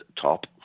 top